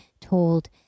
told